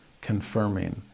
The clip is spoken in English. confirming